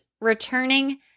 returning